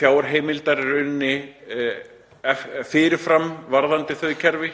fjárheimildar fyrir fram varðandi þau kerfi.